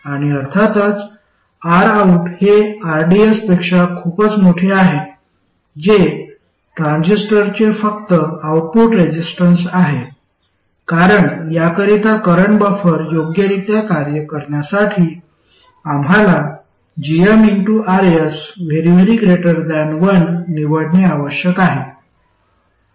आणि अर्थातच Rout हे rds पेक्षा खूपच मोठे आहे जे ट्रान्झिस्टरचे फक्त आउटपुट रेसिस्टन्स आहे कारण याकरिता करंट बफर योग्यरित्या कार्य करण्यासाठी आम्हाला gmRs 1 निवडणे आवश्यक आहे